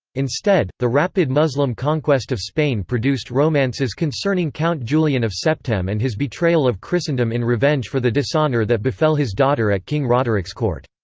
instead, the rapid muslim conquest of spain produced romances concerning count julian of septem and his betrayal of christendom in revenge for the dishonor that befell his daughter at king roderick's court.